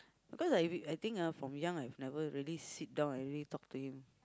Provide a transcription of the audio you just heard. because like if you I think ah from young I've never really sit down and really talk to him